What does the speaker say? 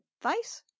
advice